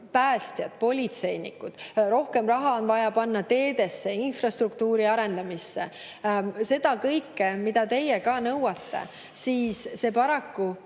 päästjad, politseinikud ning rohkem raha on vaja panna teedesse, infrastruktuuri arendamisse. See kõik, mida teie ka nõuate, tuleb paraku